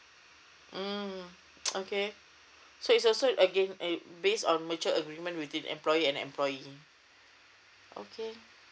mm okay so it's also again eh based a mutual agreement within employer and employee okay